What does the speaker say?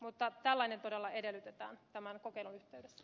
mutta tällainen todella edellytetään tämän kokeilun yhteydessä